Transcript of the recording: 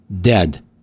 dead